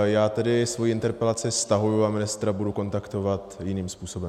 Já tedy svoji interpelaci stahuji a ministra budu kontaktovat jiným způsobem.